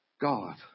God